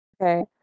Okay